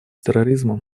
терроризмом